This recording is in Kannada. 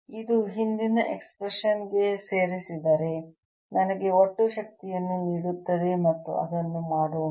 ಇದು ಹಿಂದಿನ ಎಕ್ಸ್ಪ್ರೆಶನ್ ಗೆ ಸೇರಿಸಿದರೆ ನನಗೆ ಒಟ್ಟು ಶಕ್ತಿಯನ್ನು ನೀಡುತ್ತದೆ ಮತ್ತು ಅದನ್ನು ಮಾಡೋಣ